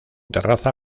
terraza